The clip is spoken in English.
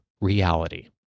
reality